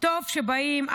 טוב שבאים.